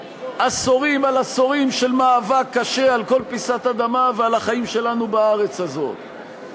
ועשורים על עשורים של מאבק קשה על כל פיסת אדמה ועל החיים שלנו בארץ הזאת,